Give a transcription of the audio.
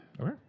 Okay